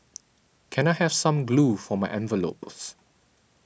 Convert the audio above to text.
can I have some glue for my envelopes